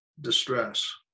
distress